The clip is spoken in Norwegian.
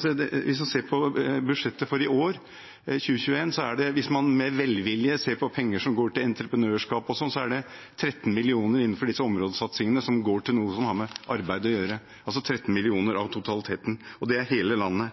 ser på budsjettet for i år, 2021, er det – hvis man med velvilje ser på penger som går til entreprenørskap og sånt – 13 mill. kr innenfor disse områdesatsingene som går til noe som har med arbeid å gjøre, altså 13 mill. kr av totaliteten, og det er for hele landet.